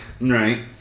Right